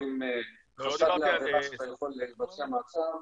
או עם חשד לעבירה שאתה יכול לבצע מעצר.